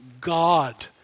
God